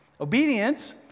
Obedience